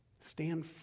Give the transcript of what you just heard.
Stand